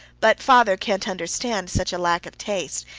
but father can't understand such a lack of taste.